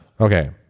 okay